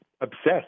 obsessed